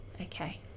okay